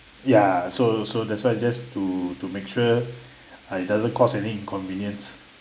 ya so so that's why I just to to make sure it doesn't cost any inconvenience